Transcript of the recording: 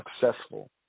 successful